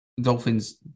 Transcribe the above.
Dolphins